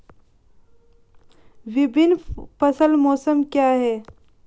विभिन्न फसल मौसम क्या हैं?